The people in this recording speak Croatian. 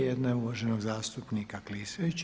Jedna je uvaženog zastupnika Klisovića.